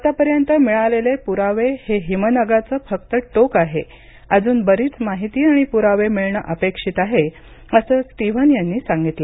आतापर्यंत मिळालेले पुरावे हे हिमनगाचं फक्त टोक आहे अजून बरीच माहिती आणि पुरावे मिळणं अपेक्षित आहे असं स्टीव्हन यांनी सांगितलं